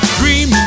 dream